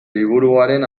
liburuaren